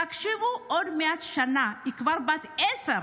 תחשבו על זה, עוד מעט שנה, היא כבר בת עשר,